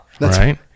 Right